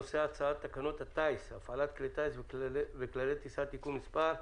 הנושא: הצעת תקנות הטיס (הפעלת כלי טיס וכללי טיסה) (תיקון מס'...),